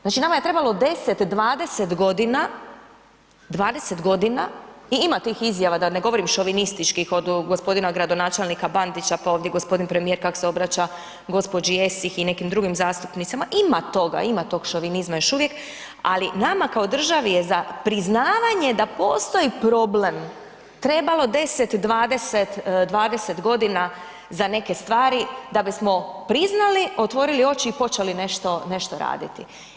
Znači nama je trebalo 10, 20 g. i ima tih izjava da ne govorim šovinističkih od g. gradonačelnika Bandića pa ovdje g. premijer kako se obraća gđi. Esih i nekim drugim zastupnicama, ima toga, ima tog šovinizma još uvijek ali nama kao državi je za priznavanje da postoji problem, trebalo 10, 20 g. za neke stvari da bismo priznali, otvorili oči i počeli nešto raditi.